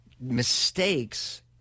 mistakes